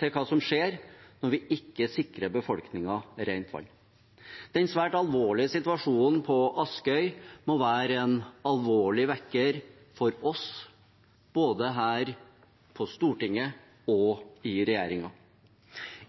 til hva som skjer når vi ikke sikrer befolkningen rent vann. Den svært alvorlige situasjonen på Askøy må være en alvorlig vekker for oss – både her på Stortinget og i regjeringen.